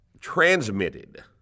transmitted